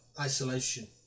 isolation